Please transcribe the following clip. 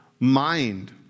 mind